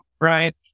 right